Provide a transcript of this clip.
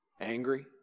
angry